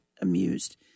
amused